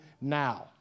Now